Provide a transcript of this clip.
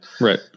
Right